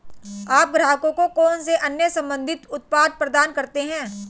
आप ग्राहकों को कौन से अन्य संबंधित उत्पाद प्रदान करते हैं?